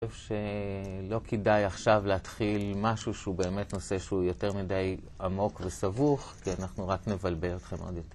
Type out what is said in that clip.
אני חושב שלא כדאי עכשיו להתחיל משהו שהוא באמת נושא שהוא יותר מדי עמוק וסבוך כי אנחנו רק נבלבל אתכם עוד יותר